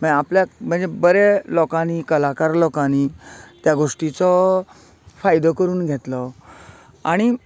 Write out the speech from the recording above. म्हळ्यार आपल्याक म्हणजे बरें लोकांनी कलाकार लोकांनी त्या गोष्टीचो फायदो करून घेतलो आनी